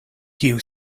kiu